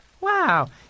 Wow